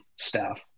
staff